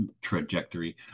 trajectory